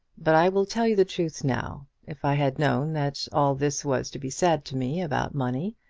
but i will tell you the truth now. if i had known that all this was to be said to me about money,